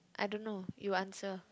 I don't know you answer